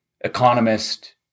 economist